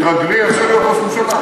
תתרגלי איך זה להיות זה ראש ממשלה.